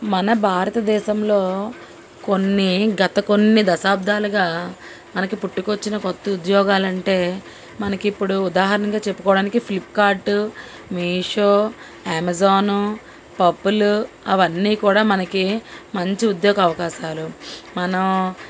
మన భారతదేశంలో కొన్ని గత కొన్ని దశాబ్దాలుగా మనకి పుట్టుకొచ్చిన కొత్త ఉద్యోగాలంటే మనకిప్పుడు ఉదాహరణగా చెప్పుకోవడానికి ఫ్లిప్కార్ట్ మీషో అమెజాన్ పర్పుల్ అవన్నీ కూడా మనకి మంచి ఉద్యోగ అవకాశాలు మనం